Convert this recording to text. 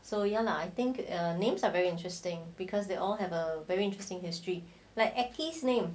so ya lah I think err names are very interesting because they all have a very interesting history like archie's name